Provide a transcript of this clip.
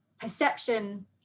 perception